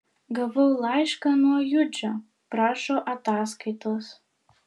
gavau laišką nuo judžio prašo ataskaitos